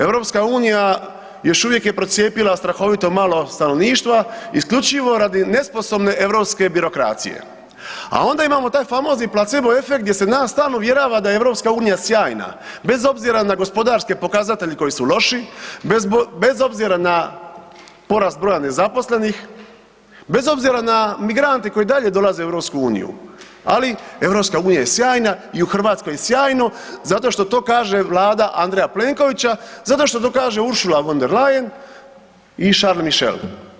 EU još uvijek je procijepila strahovito malo stanovništva, isključivo radi nesposobne europske birokracije a onda imamo taj famozni placebo efekt gdje se nas stalno uvjerava da EU je sjajna bez obzira na gospodarske pokazatelje koji su loši, bez obzira na porast broja nezaposlenih, bez obzira na migrante koji i dolaze u EU, ali EU je sjajna i u Hrvatskoj je sjajno zato što to kaže Vlada Andreja Plenkovića, zato što to kaže Ursula von der Leyen i Charles Michel.